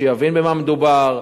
שיבין במה מדובר,